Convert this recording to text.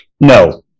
no